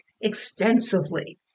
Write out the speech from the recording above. extensively